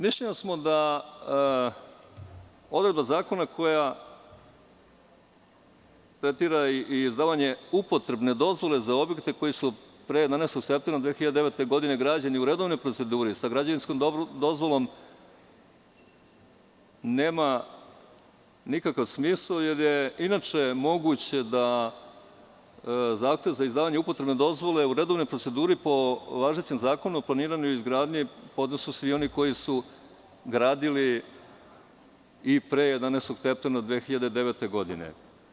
Mišljenja smo da odredba zakona koja tretira i izdavanje upotrebne dozvole za objekte, koji su pre 11. septembra 2009. godine, građene u redovnoj proceduri sa građevinskom dozvolom, nema nikakav smisao, jer je moguće da zahtev za izdavanje upotrebne dozvole u redovnoj proceduri, po važećem Zakonu o planiranju i izgradnji, podnesu svi oni koji su gradili i pre 11. septembra 2009. godine.